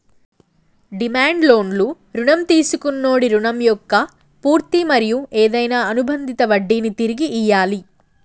demand లోన్లు రుణం తీసుకొన్నోడి రుణం మొక్క పూర్తి మరియు ఏదైనా అనుబందిత వడ్డినీ తిరిగి ఇయ్యాలి